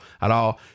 Alors